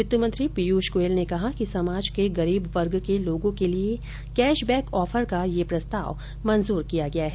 वित्त मंत्री पीयूष गोयल ने कहा कि समाज के गरीब वर्ग के लोगों के लिए कैश बैक ऑफर को यह प्रस्ताव मंजूर किया गया है